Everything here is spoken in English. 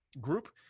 group